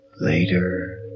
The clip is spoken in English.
later